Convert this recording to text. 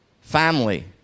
family